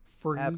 free